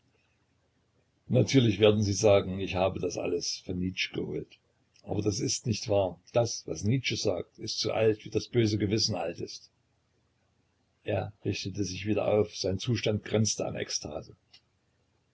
natürlich werden sie sagen ich habe das alles von nietzsche geholt aber das ist nicht wahr das was nietzsche sagt ist so alt wie das böse gewissen alt ist er richtete sich wieder auf sein zustand grenzte an ekstase